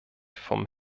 von